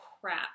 crap